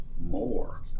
more